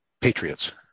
patriots